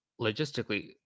logistically